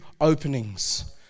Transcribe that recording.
openings